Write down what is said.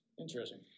Interesting